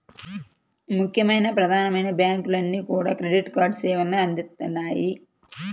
ముఖ్యంగా ప్రధానమైన బ్యాంకులన్నీ కూడా క్రెడిట్ కార్డు సేవల్ని అందిత్తన్నాయి